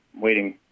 waiting